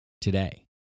today